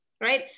right